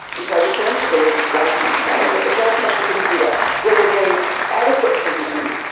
and so the terms of the legislation say that the judge has to consider whether there is adequate provision,